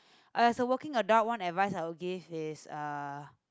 as a working adult one advice I will give is a